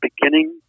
beginning